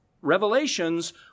revelations